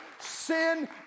Sin